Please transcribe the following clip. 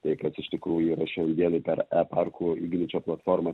tai kad iš tikrųjų yra šiandien per parkų ingičio platformą